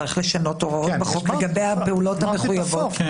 צריך לשנות הוראות בחוק לגבי הפעולות המחויבות.